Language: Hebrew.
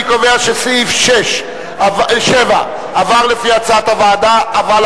אני קובע שסעיף 7 כהצעת הוועדה עבר.